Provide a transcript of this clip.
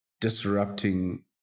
disrupting